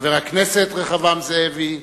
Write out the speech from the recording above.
חבר הכנסת רחבעם זאבי,